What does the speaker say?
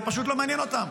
זה פשוט לא מעניין אותם,